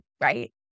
right